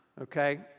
Okay